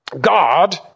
God